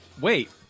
Wait